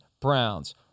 Browns